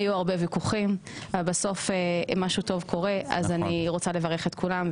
היו הרבה ויכוחים אבל בסוף משהו טוב קורה אז אני רוצה לברך את כולם,